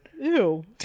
Ew